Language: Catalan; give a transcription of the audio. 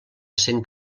cent